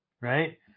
Right